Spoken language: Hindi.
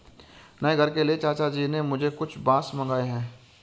नए घर के लिए चाचा जी ने मुझसे कुछ बांस मंगाए हैं